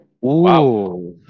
Wow